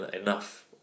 enough